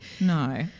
no